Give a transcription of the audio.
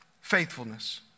faithfulness